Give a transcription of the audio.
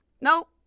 Nope